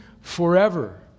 forever